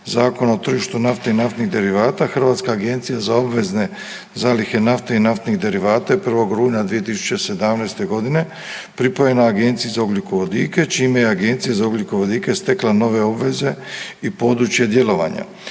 Zakona o tržištu nafte i naftnih derivata. Hrvatska agencije za obvezne zalihe nafte i naftnih derivata je 1. rujna 2017.g. pripojena Agenciji za ugljikovodike čime je Agencija za ugljikovodike stekla nove obveze i područje djelovanja.